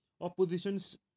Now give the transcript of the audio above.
opposition's